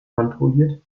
kontrolliert